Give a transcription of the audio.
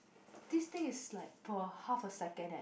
this thing is like per half a second eh